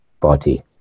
body